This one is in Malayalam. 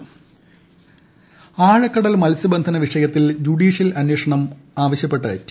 ആഴക്കടൽ മത്സ്യബന്ധനം ആഴക്കടൽ മത്സ്യബന്ധന വിഷയത്തിൽ ജുഡീഷ്യൽ അന്വേഷണം ആവശ്യപ്പെട്ട് ടി